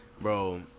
bro